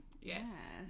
Yes